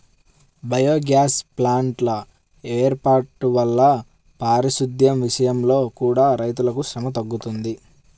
biogas ప్లాంట్ల వేర్పాటు వల్ల పారిశుద్దెం విషయంలో కూడా రైతులకు శ్రమ తగ్గుతుంది